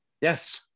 Yes